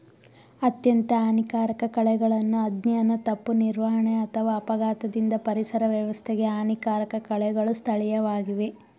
ಅತ್ಯಂತ ಹಾನಿಕಾರಕ ಕಳೆಗಳನ್ನು ಅಜ್ಞಾನ ತಪ್ಪು ನಿರ್ವಹಣೆ ಅಥವಾ ಅಪಘಾತದಿಂದ ಪರಿಸರ ವ್ಯವಸ್ಥೆಗೆ ಹಾನಿಕಾರಕ ಕಳೆಗಳು ಸ್ಥಳೀಯವಾಗಿವೆ